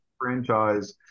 franchise